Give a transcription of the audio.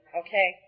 okay